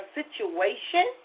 situation